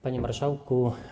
Panie Marszałku!